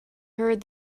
heard